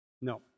No